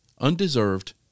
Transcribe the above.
undeserved